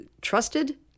trusted